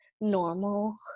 normal